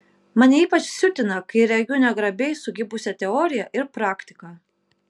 mane ypač siutina kai regiu negrabiai sukibusią teoriją ir praktiką